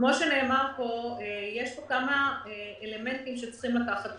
כמו שנאמר פה, יש כמה אלמנטים שצריך לקחת בחשבון.